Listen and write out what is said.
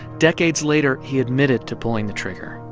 decades later, he admitted to pulling the trigger.